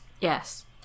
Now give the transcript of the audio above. Yes